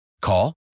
Call